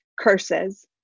curses